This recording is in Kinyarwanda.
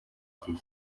igihe